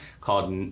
called